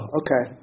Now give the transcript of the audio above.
okay